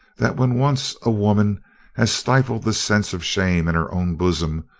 that when once a woman has stifled the sense of shame in her own bosom,